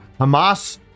Hamas